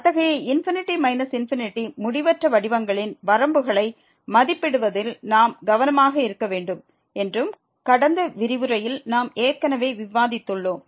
அத்தகைய ∞∞ முடிவற்ற வடிவங்களில் வரம்புகளை மதிப்பிடுவதில் நாம் கவனமாக இருக்க வேண்டும் என்றும் கடந்த விரிவுரையில் நாம் ஏற்கனவே விவாதித்துள்ளோம்